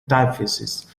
typefaces